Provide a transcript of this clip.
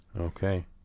Okay